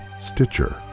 Stitcher